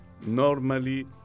normally